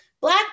Black